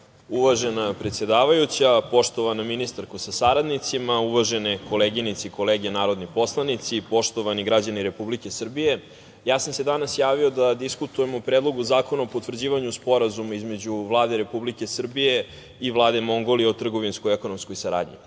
uvažena predsedavajuća. Poštovana ministarko sa saradnicima, uvažene koleginice i kolege narodni poslanici i poštovani građani Republike Srbije, ja sam se danas javio da diskutujem o Predlogu zakona o potvrđivanju Sporazuma između Vlade Republike Srbije i Vlade Mongolije o trgovinsko-ekonomskoj saradnji. Kao